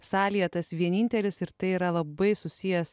salėje tas vienintelis ir tai yra labai susijęs